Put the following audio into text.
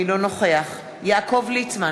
אינו נוכח יעקב ליצמן,